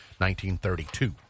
1932